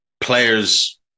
players